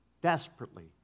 desperately